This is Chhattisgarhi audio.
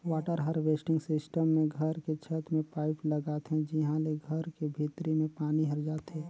वाटर हारवेस्टिंग सिस्टम मे घर के छत में पाईप लगाथे जिंहा ले घर के भीतरी में पानी हर जाथे